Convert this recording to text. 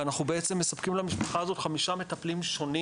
ואנחנו בעצם מספקים למשפחה הזאת חמישה מטפלים שונים